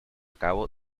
cabo